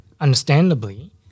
understandably